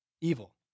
evil